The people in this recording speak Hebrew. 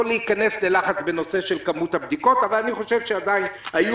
להיכנס ללחץ בנושא של כמות הבדיקות אבל אני חושב שעדין היו